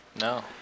No